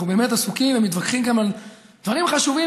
אנחנו באמת עסוקים ומתווכחים גם על דברים חשובים,